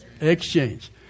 Exchange